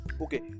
Okay